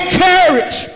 courage